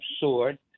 soared